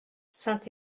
saint